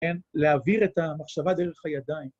כן, להעביר את המחשבה דרך הידיים.